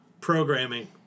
programming